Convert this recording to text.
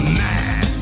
man